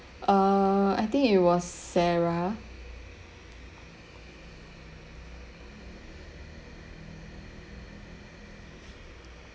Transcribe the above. uh I think it was sarah